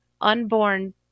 unborn